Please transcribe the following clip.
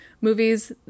movies